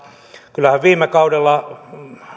kyllähän viime kaudella